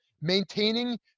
maintaining